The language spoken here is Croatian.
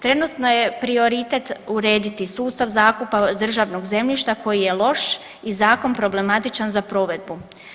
Trenutno je prioritet urediti sustav zakupa državnog zemljišta koji je loš i zakon problematičan za provedbu.